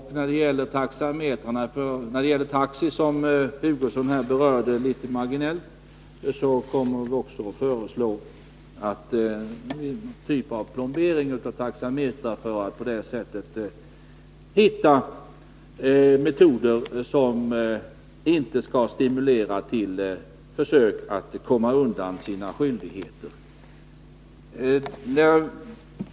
Beträffande taxi, som Kurt Hugosson här berörde marginellt, kommer vi att föreslå en typ av plombering av taxametrar — i vår strävan att hitta metoder som inte stimulerar någon till försök att komma undan sina skyldigheter.